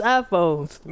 iPhones